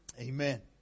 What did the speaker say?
Amen